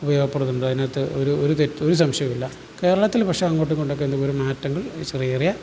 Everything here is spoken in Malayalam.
ഉപയോഗപ്രദമുണ്ട് അതിനകത്ത് ഒരു ഒരു തെറ്റ് ഒരു സംശയവുമില്ല കേരളത്തിൽ പക്ഷെ അങ്ങോട്ടും ഇങ്ങോട്ടുമൊക്കെ എന്തെങ്കിലൊരു മാറ്റങ്ങൾ ചെറിയറിയ